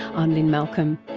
um lynne malcolm,